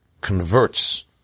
converts